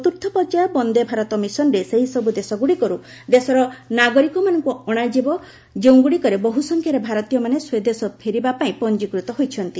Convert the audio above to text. ଚତୁର୍ଥପର୍ଯ୍ୟାୟ ବନ୍ଦେ ଭାରତ ମିଶନରେ ସେହିସବୁ ଦେଶ ଗୁଡ଼ିକରୁ ଦେଶର ନାଗରିକମାନଙ୍କୁ ଅଣାଯିବ ଯେଉଁ ଗୁଡ଼ିକରେ ବହୁ ସଂଖ୍ୟାରେ ଭାରତୀୟମାନେ ସ୍ୱଦେଶ ଫେରିବା ପାଇଁ ପଞ୍ଜିକୃତ ହୋଇଛନ୍ତି